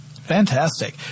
Fantastic